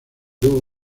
doo